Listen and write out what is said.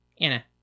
Anna